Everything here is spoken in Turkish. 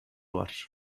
var